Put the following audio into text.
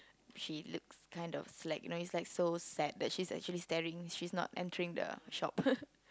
she looks kind of slack you know is like so sad that she's actually staring she's not entering the shop